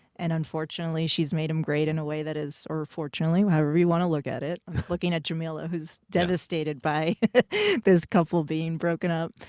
and, unfortunately, she's made him great in a way that is or fortunately, however you want to look at it looking at jameela, who's devastated by this couple being broken up.